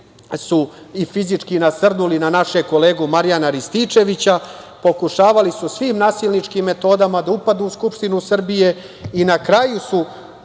su i fizički nasrnuli na našeg kolegu Marjana Rističevića. Pokušavali su svim mogućim nasilničkim metodama da upadnu u Skupštinu Srbije i na kraju su